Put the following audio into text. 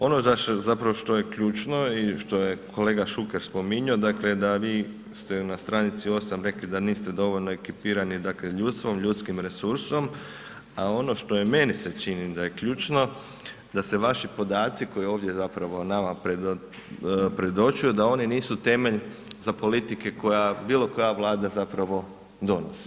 Ono zapravo što je ključno i što je kolega Šuker spominjao, dakle da vi ste na stranici 8 rekli da niste dovoljno ekipirani dakle ljudstvom, ljudskim resursom, a ono što meni se čini da je ključno da se vaši podaci koji ovdje zapravo nama predočuju da oni nisu temelj za politike koja bilo koja vlada zapravo donosi.